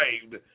saved